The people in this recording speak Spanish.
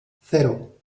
cero